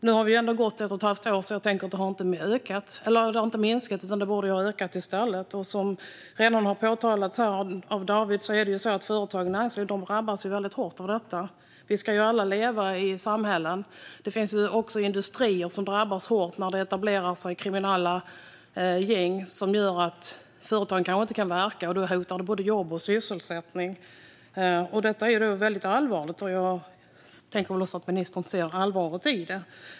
Nu har det ändå gått ett och ett halvt år, och kostnaden har väl knappast minskat utan borde ha ökat i stället. Som David redan har framhållit drabbas företagen väldigt hårt av detta. Vi ska ju alla leva i samhällen. Det finns också industrier som drabbas hårt när det etablerar sig kriminella gäng som gör att företagen kanske inte kan verka. Då hotas både jobb och sysselsättning. Detta är väldigt allvarligt, och jag tror att också ministern ser allvaret i det.